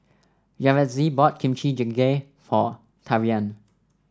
Yaretzi bought Kimchi Jjigae for Tavian